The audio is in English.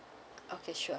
okay sure